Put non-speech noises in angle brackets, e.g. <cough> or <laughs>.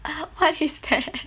<laughs> what is that